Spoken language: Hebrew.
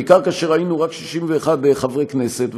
בעיקר כאשר היינו רק 61 חברי כנסת,